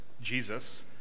Jesus